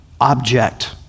object